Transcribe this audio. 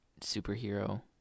superhero